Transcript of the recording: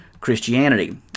Christianity